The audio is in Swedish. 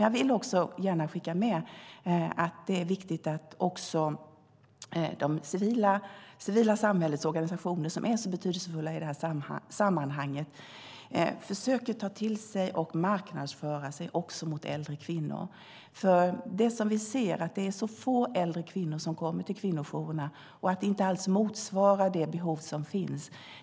Jag vill dock gärna skicka med att det är viktigt att också det civila samhällets organisationer som är så betydelsefulla i de här sammanhangen försöker marknadsföra sig också mot äldre kvinnor. Vi ser ju att det är så få äldre kvinnor som kommer till kvinnojourerna och att det inte alls motsvarar det behov som finns.